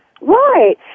Right